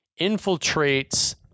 infiltrates